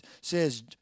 says